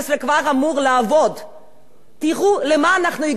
תראו למה אנחנו הגענו ובמה אנחנו התעסקנו עד היום הזה.